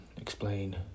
explain